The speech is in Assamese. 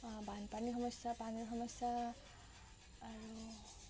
বানপানীৰ সমস্যা পানীৰ সমস্যা আৰু